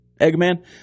Eggman